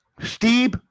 Steve